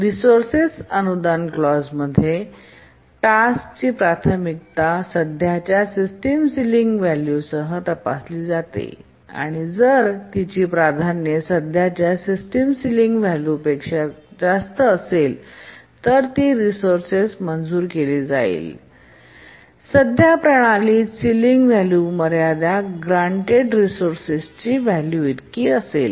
resources अनुदान clause clause मध्ये task ची प्राथमिकता सध्याच्या सिस्टीम सिलिंग व्हॅल्यू सह तपासली जाते आणि जर तिची प्राधान्ये सध्याच्या सिस्टीम सिलिंग व्हॅल्यू पेक्षा जास्त असेल तर ती रिसोर्सेस स मंजूर केली जाईल आणि सद्य प्रणालीची सिलिंग व्हॅल्यू मर्यादेच्या ग्रांटेड रिसोर्सेसची व्हॅल्यूइतकी असेल